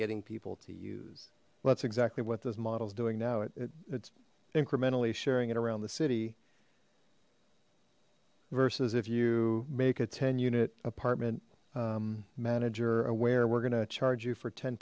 getting people to use that's exactly what those models doing now it it's incrementally sharing it around the city versus if you make a ten unit apartment manager aware we're gonna charge you for ten